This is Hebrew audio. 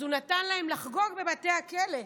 אז הוא נתן להם לחגוג בבתי הכלא,